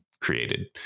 created